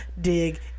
dig